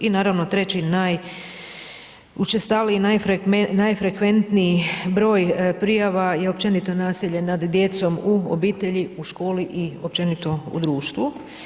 I naravno treći najučestaliji, najfrekventniji broj prijava i općenito nasilje nad djecom u obitelji, u školi i općenito u društvu.